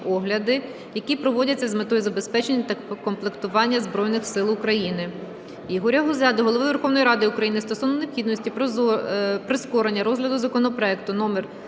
які проводяться з метою забезпечення та комплектування Збройних Сил України. Ігоря Гузя до Голови Верховної Ради України стосовно необхідності прискорення розгляду законопроекту №